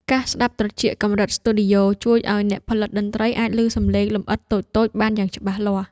កាសស្តាប់ត្រចៀកកម្រិតស្ទីឌីយ៉ូ ជួយឱ្យអ្នកផលិតតន្ត្រីអាចឮសំឡេងលម្អិតតូចៗបានយ៉ាងច្បាស់លាស់។